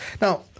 now